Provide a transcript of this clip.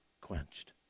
quenched